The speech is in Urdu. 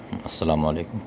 السلام علیکم